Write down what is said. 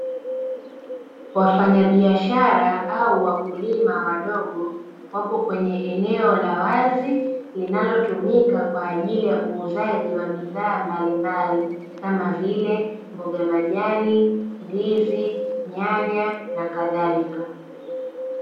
Wafanyabiashara au wakulima wadogo wapo kwenye eneo la wazi, linalotumika kwaajili ya uuzaji wa bidhaa mbalimbali kama vile mboga majani, ndizi, nyanya na kadhalika.